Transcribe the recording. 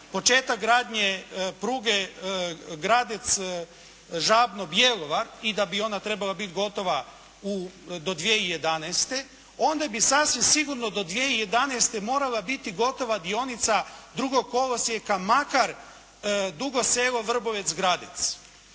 početak gradnje pruge Gradec-Žabno-Bjelovar i da bi onda trebala biti gotova do 2011., onda bi sasvim sigurno do 2011. morala biti gotova dionica drugog kolosijeka makar Dugo Selo-Vrbovec-Gradec.